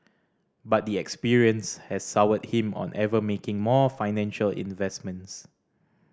but the experience has soured him on ever making more financial investments